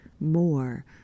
more